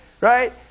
Right